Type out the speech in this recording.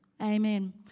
Amen